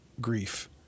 grief